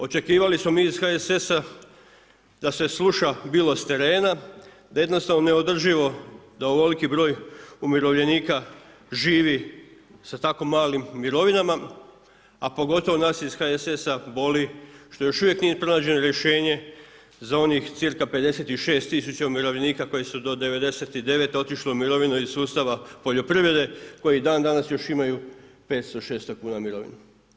Očekivali smo mi iz HSS-a da se sluša bilo s terena da jednostavno neodrživo da ovoliki broj umirovljenika živi sa tako malim mirovinama, a pogotovo nas ih HSS-a boli što još uvijek nije pronađeno rješenje za onih cirka 56 tisuća umirovljenika koji su do '99. otišli u mirovinu iz sustava poljoprivrede, koji dan danas još imaju 500, 600 kuna mirovinu.